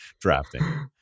drafting